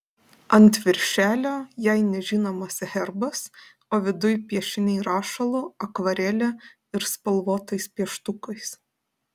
ant viršelio jai nežinomas herbas o viduj piešiniai rašalu akvarele ir spalvotais pieštukais